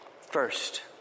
First